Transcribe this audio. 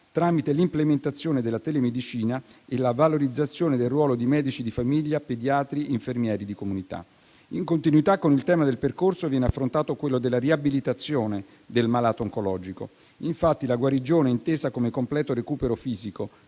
tramite l'implementazione della telemedicina e la valorizzazione del ruolo di medici di famiglia, pediatri e infermieri di comunità. In continuità con il tema del percorso, viene affrontato quello della riabilitazione del malato oncologico. Infatti, la guarigione, intesa come completo recupero fisico,